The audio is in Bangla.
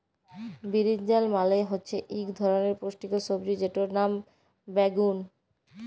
বিরিনজাল মালে হচ্যে ইক ধরলের পুষ্টিকর সবজি যেটর লাম বাগ্যুন